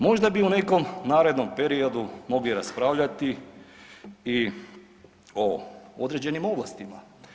Možda bi u nekom narednom periodu mogli raspravljati i o određenim ovlastima.